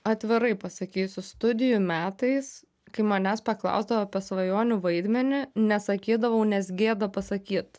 atvirai pasakysiu studijų metais kai manęs paklausdavo apie svajonių vaidmenį nesakydavau nes gėda pasakyt